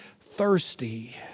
thirsty